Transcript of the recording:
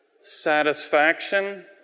satisfaction